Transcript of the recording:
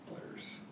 players